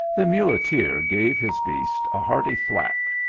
the muleteer gave his beast a hearty thwack,